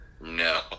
no